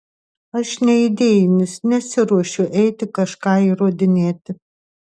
aš neidėjinis nesiruošiu eiti kažką įrodinėti